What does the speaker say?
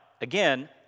again